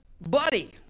Buddy